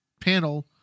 panel